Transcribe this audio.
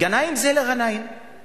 "גנאים" זה לא "ע'נאים".